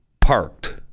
parked